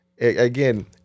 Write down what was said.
Again